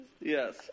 Yes